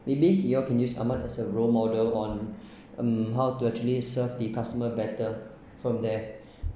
maybe you all can use Ahmad as a role model on mm how to actually serve the customer better from there